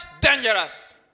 dangerous